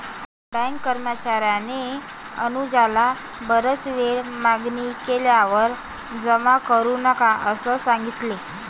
bank कर्मचार्याने अनुजला बराच वेळ मागणी केल्यावर जमा करू नका असे सांगितले